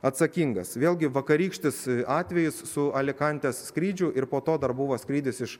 atsakingas vėlgi vakarykštis atvejis su alikantės skrydžiu ir po to dar buvo skrydis iš